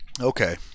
Okay